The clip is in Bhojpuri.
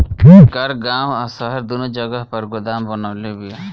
सरकार गांव आ शहर दूनो जगह पर गोदाम बनवले बिया